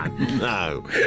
No